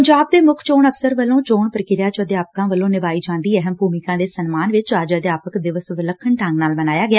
ਪੰਜਾਬ ਦੇ ਮੁੱਖ ਚੋਣ ਅਫ਼ਸਰ ਵੱਲੋ ਚੋਣ ਪੁਕਿਰਿਆ ਚ ਅਧਿਆਪਕਾਂ ਵੱਲੋ ਨਿਭਾਈ ਜਾਂਦੀ ਅਹਿਮ ਭੁਮਿਕਾ ਦੇ ਸਨਮਾਨ ਵਿਚ ਅੱਜ ਅਧਿਆਪਕ ਦਿਵਸ ਵਿਲੱਖਣ ਢੰਗ ਨਾਲ ਮਨਾਇਆ ਗਿਆ